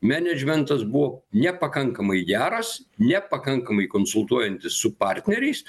menedžmentas buvo nepakankamai geras nepakankamai konsultuojantis su partneriais